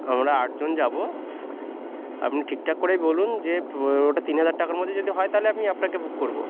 আমরা আটজন যাবো আপনি ঠিকঠাক করেই বলুন যে ওটা তিন হাজার টাকার মধ্যে যদি হয় তালে আমি আপনাকে বুক করবো